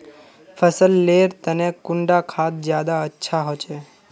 फसल लेर तने कुंडा खाद ज्यादा अच्छा होचे?